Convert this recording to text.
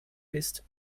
ist